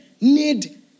need